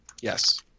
Yes